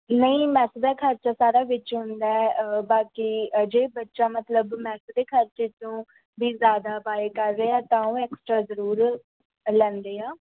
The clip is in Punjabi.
ਨਹੀਂ ਮੈੱਸ ਦਾ ਖਰਚਾ ਸਾਰਾ ਵਿੱਚ ਹੁੰਦਾ ਬਾਕੀ ਜੇ ਬੱਚਾ ਮਤਲਬ ਮੈੱਸ ਦੇ ਖਰਚੇ 'ਚੋਂ ਵੀ ਜ਼ਿਆਦਾ ਬਾਏ ਕਰ ਰਿਹਾ ਤਾਂ ਉਹ ਐਕਸਟਰਾ ਜ਼ਰੂਰ ਲੈਂਦੇ ਆ